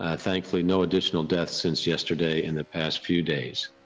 ah thankfully, no additional deaths since yesterday. in the past few days,